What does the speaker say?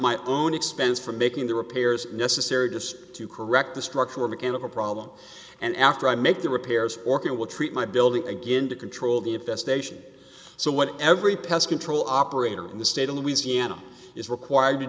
my own expense for making the repairs necessary just to correct the structural mechanical problem and after i make the repairs fork it will treat my building again to control the investigation so what every pest control operator in the state of louisiana is required to